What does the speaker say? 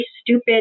stupid